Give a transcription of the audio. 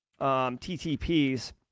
TTPs